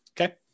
Okay